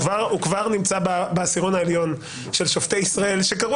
הוא כבר נמצא בעשירון העליון של שופטי ישראל שקראו